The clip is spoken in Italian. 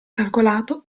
calcolato